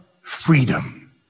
freedom